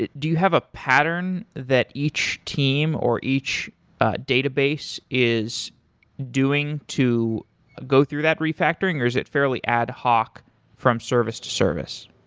do you have a pattern that each team or each database is doing to go through that refactoring, or is it fairly ad hoc from service to service?